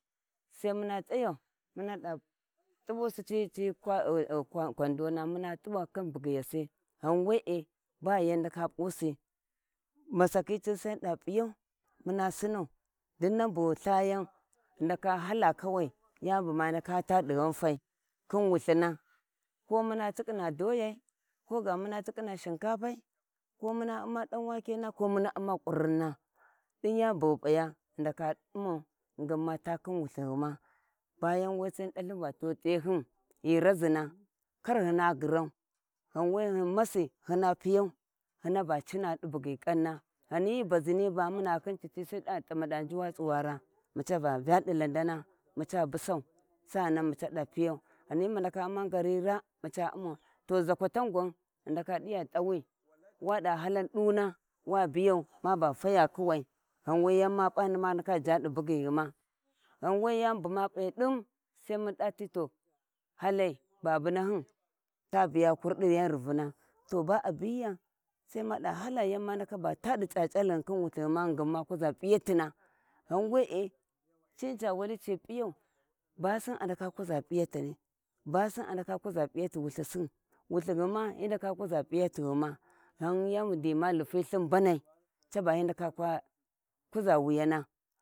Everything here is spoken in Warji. Sai muna t`ayau muna t`ubusi ti kondona muna t`ibasi ti bugyiyasi gha wee ba yan ndaka p`usi masaki cin sai mun da p`yau, muna sinau dai nab u ghi lhagan ghi ndaka hala kawai yam bu ma ndaka taa dighantai khin wulhina ko muna tiƙƙana doyai, ko muna tiƙƙina shinkapai, ko muna um dan wakena, ko muna uma ƙuruina, din yani bughu p`ayau ndaka umau ghingin ma taa ghikhun wulhiguma bayau wee sai dalhin va tehun ghi razina ka ghina girau ghan we hin masi hina piyauhina ba cinau di bughi kauna, ghani baziniyi ba muna khin cicci sai mun dava damala nguwa tsuwara mac aba vya da landana mac aba busau a ghani mu ndaka uma ngari naa maca umau to zakwatau gwan hi ndaka diva t`awi wada halan duna wa biyau ma ba taya kuwai ghan we ma p`a yani bu ma ndaka ja di vinaghuma, ghan we yani bu ma p`I dim sai munda ti to halai babunahin ta biya kurdi yau rivumn, to ba`a biya to sai mada hala yani bu ma ndaka ja di c`ac`al ghuma khin wulhughan ghingi ma kuza p`iyatina, ghan wee cini ca wali ci p`iyam basin a ndaka kuza p`iyatina, basin ndaka kuza p`iyti walhi sin wulhinghuna hi ndaka kuza p`iyatighuma dau yandi ma llhifilhi mbamnai caba hi ndaka kwa kuza wuyana.